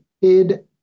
hid